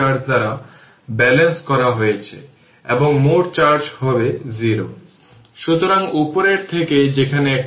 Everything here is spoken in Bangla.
যেহেতু সুইচটি প্রথমে ক্লোজ ছিল ইনিশিয়াল কন্ডিশন কী তা খুঁজে বের করুন তারপর সুইচটি ওপেন আছে এবং সেই অনুযায়ী সমাধান করুন